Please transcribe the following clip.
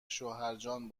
شوهرجان